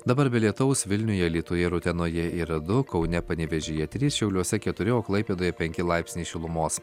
dabar be lietaus vilniuje alytuje ir utenoje yra du kaune panevėžyje trys šiauliuose keturi o klaipėdoje penki laipsniai šilumos